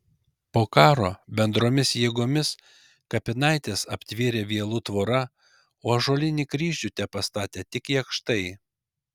po karo bendromis jėgomis kapinaites aptvėrė vielų tvora o ąžuolinį kryžių tepastatė tik jakštai